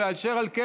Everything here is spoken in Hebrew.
ואשר על כן,